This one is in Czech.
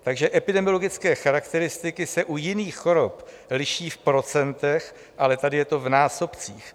Takže epidemiologické charakteristiky se u jiných chorob liší v procentech, ale tady je to v násobcích.